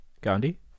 Gandhi